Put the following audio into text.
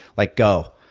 like go.